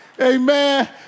Amen